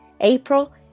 April